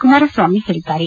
ಕುಮಾರಸ್ವಾಮಿ ಹೇಳಿದ್ದಾರೆ